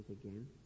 again